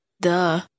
Duh